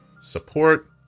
support